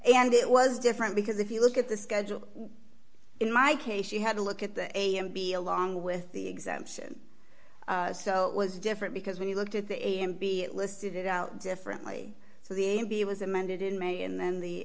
and it was different because if you look at the schedule in my case you had to look at the a m b along with the exemption so it was different because when you looked at the a m b it listed it out differently so the n b a was amended in may and then the